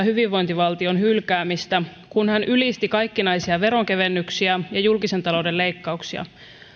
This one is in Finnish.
hyvinvointivaltion hylkäämistä kun hän ylisti kaikkinaisia veronkevennyksiä ja julkisen talouden leikkauksia